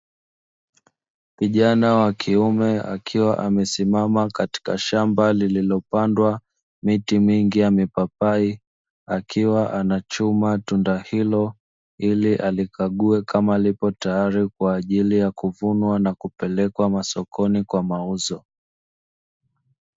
Kijana wa kiume akiwa amesimama katika shamba lililopandwa miti mingi ya mipapai, akiwa anachuma tunda hilo ili alikague kama lipo tayari kwa ajili ya kuvunwa na kupelekwa masokoni kwa mauzo.